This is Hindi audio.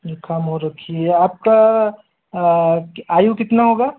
जुखाम हो रखी है आप का आयु कितना होगा